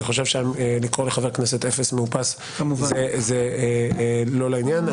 אני חושב שלקרוא לחבר כנסת אפס מאופס זה לא לעניין.